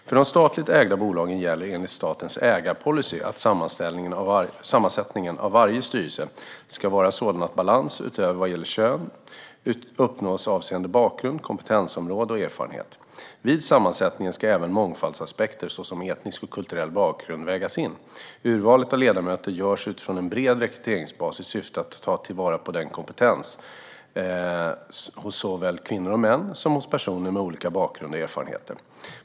För de statligt ägda bolagen gäller enligt statens ägarpolicy att sammansättningen av varje styrelse ska vara sådan att balans utöver vad gäller kön uppnås avseende bakgrund, kompetensområde och erfarenhet. Vid sammansättningen ska även mångfaldsaspekter såsom etnisk och kulturell bakgrund vägas in. Urvalet av ledamöter görs utifrån en bred rekryteringsbas i syfte att ta till vara kompetens hos såväl kvinnor och män som personer med olika bakgrund och erfarenheter.